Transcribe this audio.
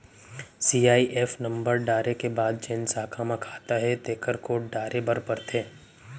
CIF number डारे के बाद जेन साखा म खाता हे तेकर कोड डारे बर परथे